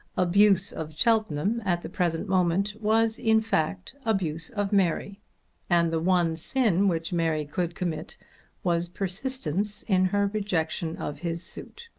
abuse of cheltenham at the present moment was in fact abuse of mary and the one sin which mary could commit was persistence in her rejection of his suit.